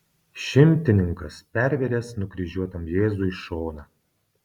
šimtininkas pervėręs nukryžiuotam jėzui šoną